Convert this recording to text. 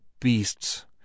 beasts